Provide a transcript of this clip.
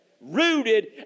Rooted